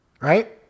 right